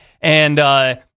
And-